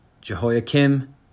Jehoiakim